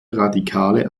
radikale